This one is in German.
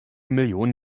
millionen